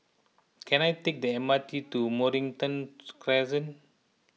can I take the M R T to Mornington Crescent